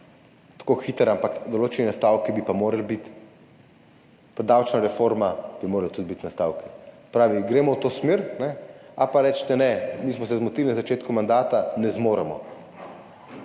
zdravstvu, ampak določeni nastavki bi pa morali biti, za davčno reformo bi tudi morali biti nastavki. Se pravi, gremo v to smer, ali pa recite, ne, mi smo se zmotili na začetku mandata, ne zmoremo.